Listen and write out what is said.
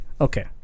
Okay